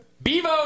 Bevo